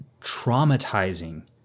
traumatizing